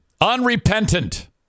Unrepentant